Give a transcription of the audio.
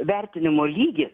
vertinimo lygis